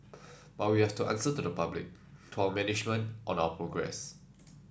but we have to answer to the public to our management on our progress